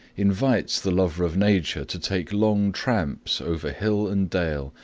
invites the lover of nature to take long tramps over hill and dale,